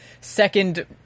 second